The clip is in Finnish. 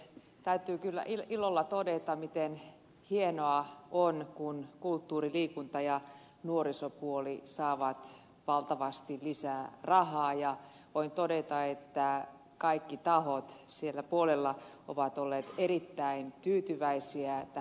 täytyy kyllä ilolla todeta miten hienoa on kun kulttuuri liikunta ja nuorisopuoli saavat valtavasti lisää rahaa ja voin todeta että kaikki tahot sillä puolella ovat olleet erittäin tyytyväisiä tähän budjettiin